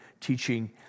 teaching